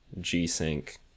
G-Sync